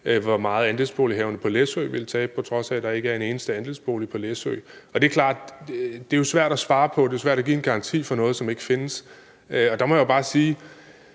hvor meget andelsbolighaverne på Læsø ville tabe, på trods af at der ikke er en eneste andelsbolig på Læsø. Det er jo klart, at det er svært at svare på, og det er svært at give en garanti for noget, som ikke findes.